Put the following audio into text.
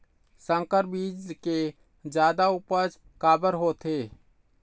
संकर बीज के जादा उपज काबर होथे?